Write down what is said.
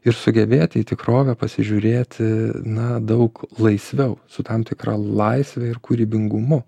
ir sugebėti į tikrovę pasižiūrėti na daug laisviau su tam tikra laisve ir kūrybingumu